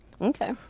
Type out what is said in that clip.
Okay